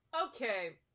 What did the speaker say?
Okay